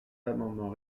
amendement